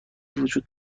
وجود